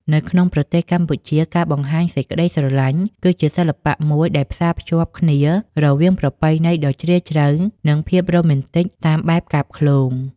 នៅក្នុងប្រទេសកម្ពុជា ការបង្ហាញសេចក្តីស្រឡាញ់គឺជាសិល្បៈមួយដែលផ្សារភ្ជាប់គ្នារវាងប្រពៃណីដ៏ជ្រាលជ្រៅ និងភាពរ៉ូមែនទិកតាមបែបកាព្យឃ្លោង។